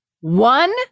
One